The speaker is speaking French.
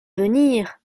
venir